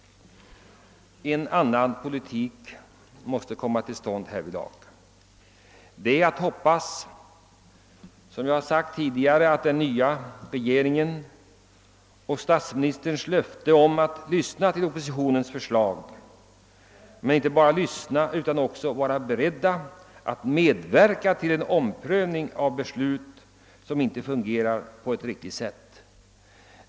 En annan politik måste införas härvidlag. Det är att hoppas att den nye statsministern, som har lovat att lyssna till oppositionens förslag, inte bara lyssnar utan också är beredd att medverka till en omprövning av beslut som inte fungerar på ett riktigt sätt.